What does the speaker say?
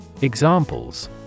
Examples